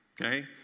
okay